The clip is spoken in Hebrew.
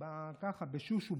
ככה בשושו,